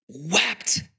wept